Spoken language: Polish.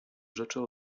rzeczy